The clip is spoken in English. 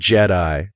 Jedi